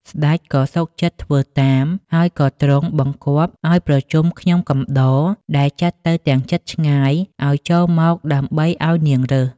ស្តេចក៏សុខចិត្តធ្វើតាម ហើយក៏ទ្រង់បង្គាប់ឲ្យប្រជុំខ្ញុំ កំដរ ដែលចាត់ទៅទាំងជិតឆ្ងាយ ឲ្យចូលមកដើម្បីនាងរើស ។